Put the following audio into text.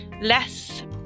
less